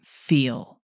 feel